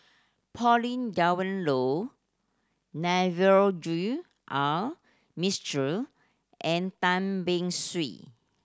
Pauline Dawn Loh Navroji R Mistri and Tan Beng Swee